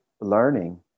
learning